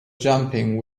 jumping